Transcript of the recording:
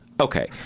Okay